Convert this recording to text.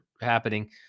happening